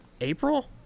April